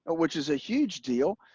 which is a huge deal,